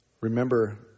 Remember